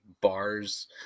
bars